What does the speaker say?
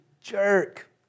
jerk